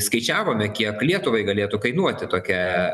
skaičiavome kiek lietuvai galėtų kainuoti tokia